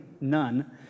none